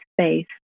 space